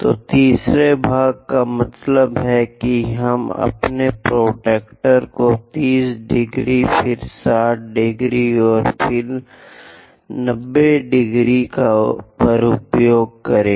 तो तीसरे भाग का मतलब है कि हम अपने प्रोट्रैक्टर को 30 डिग्री फिर से 60 डिग्री और 90 डिग्री का उपयोग करें